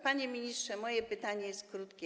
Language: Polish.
Panie ministrze, moje pytanie jest krótkie.